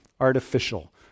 artificial